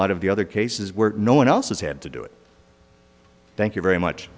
lot of the other cases where no one else has had to do it thank you very